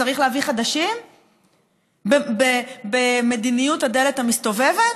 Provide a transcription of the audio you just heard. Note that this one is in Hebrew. צריך להביא חדשים במדיניות הדלת המסתובבת?